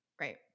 Right